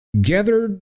gathered